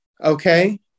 Okay